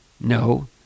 no